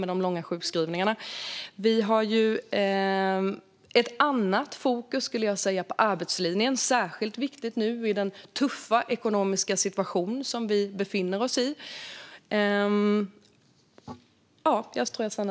Jag skulle också säga att vi har ett annat fokus på arbetslinjen, vilket är särskilt viktigt i den tuffa ekonomiska situation som vi befinner oss i nu.